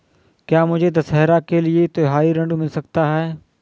क्या मुझे दशहरा के लिए त्योहारी ऋण मिल सकता है?